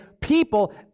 people